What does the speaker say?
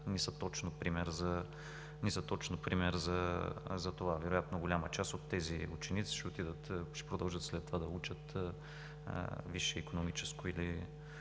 не са точен пример за това. Вероятно голяма част от тези ученици ще продължат след това да учат висше икономическо или